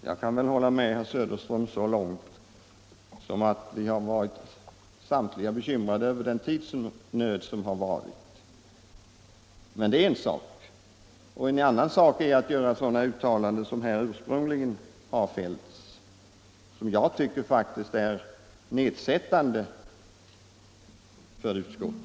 Fru talman! Jag kan hålla med herr Söderström så långt som att vi samtliga varit bekymrade över den tidsnöd som rått. Men det är en sak. En annan sak är att göra sådana uttalanden som här tidigare har gjorts och som jag faktiskt tycker är nedsättande för utskottet.